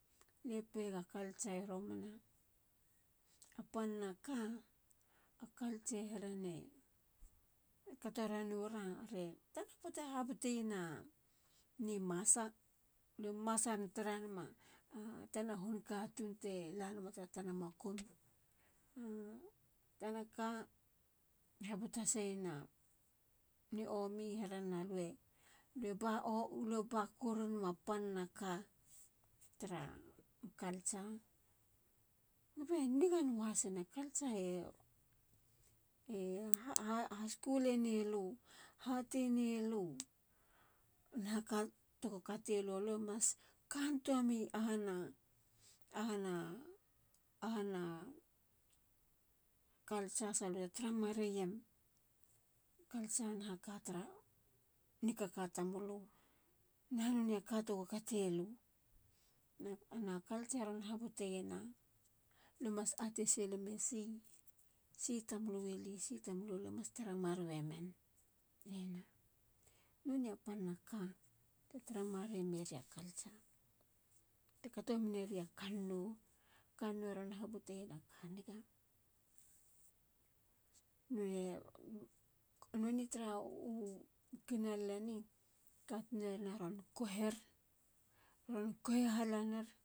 Lie pega culture i romana a pana ka, a culture e herene e kato renora. are tana poate habuteyna ni masa. lue masan taranema tana hun katun te lanama tara tana makum nu tana ka. habutu haseyena niomi. here nalue. lue ba koru nema pana ka tara culture. kube niga nuahasina. a culture e. e haskulene lu. hatenelunahaka tego ka tego kate lu. lue mas kantoa mi ahana. ahana. ahana culture sa lute tara mareyem culture naha ka tara nikaka tamulu. naha noneyaka tego kate. na culture ron habute yena lue mas atesilemesi. si tamlu ili. si tamlutamlu lue mas taramaremen. hena. noneya panaka te tara mare meriya culture te kato meneriya kannou. kannou ron habuteyena ka niga. Nonei tara u kinalala eni. katun e naron kohir. ron kohi halanir.